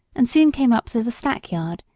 and soon came up to the stack-yard,